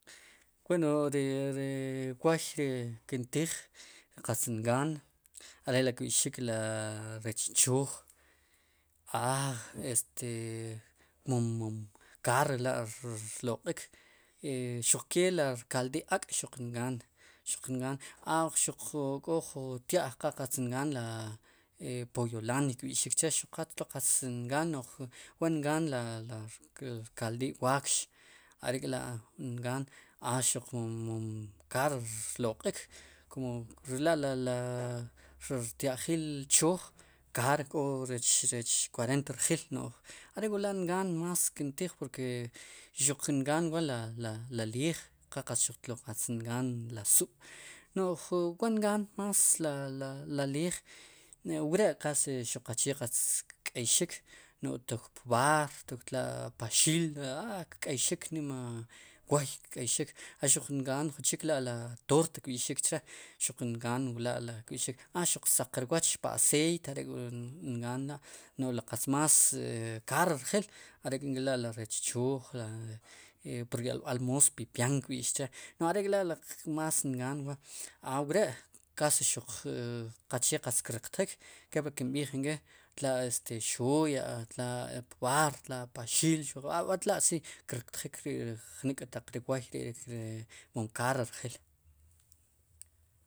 Wen, weno ri wooy kintij qatz ngaan are' ri kb'i'xik ri rech chooj aa mon kaar rela' rloq'iik xuqkee ri rkaldiil ak' xuq ngaan, ngan a xuq ju k'o ju tya'j qa qatz ngaan pollo ladia kb'ixik che' qatlo qatz ngaan wa ngaan le rkaldil waakx are'k'la' ngaan a xuq mom. mom kaar rloq'iik kum re la, li, rtya'jil ri chooj kaar k'o rech cuarenta rjil no'j are'k'wal'a'más ngaan kintiij xuq ngaan wa li, li leej xuq qal tlo qatz ngaan ri sub' no'j wa'ngaan más la, la leej no'j wre' xuq qaqchee qatz kk'eyxik no'j tok b'aar tok paxil a kk'eyxik nima wooy a xuq nqaan junchik la' toort kb'ixik che' a xuq nqaan la'kb'ixik che a xuq saq rwooch pa aceit are'k'wangaan la' no'j li gas más kaar rjil are' nk'ila' ri rech chooj pur yolb'al moos pepian kb'ix che no'j are' la ri más ngaan wa a wre' kasi xuq qaqchee qatz kriqtjik kepli kimb'ij ink'i tla'xolla' tla'pb'aar tla paxil tla'si kriqtjik jnik'ri woy ri' mon kaar rjil.